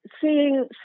seeing